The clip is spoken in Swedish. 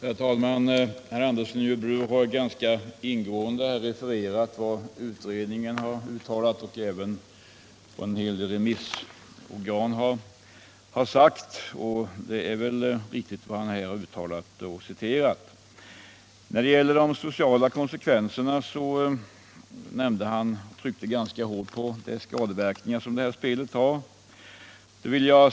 Herr talman! Sven Andersson i Örebro har ganska ingående refererat vad utredningen uttalat och även vad en del remissorgan sagt. Och det han anfört och citerat är säkert riktigt. När det gäller de sociala konsekvenserna tryckte han ganska hårt på de skadeverkningar som det här spelet har.